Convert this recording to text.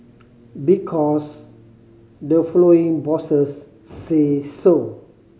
because the following bosses say so